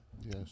Yes